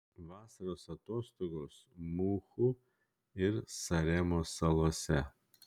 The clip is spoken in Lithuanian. vasaros atostogos muhu ir saremos salose